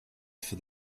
for